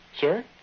Sir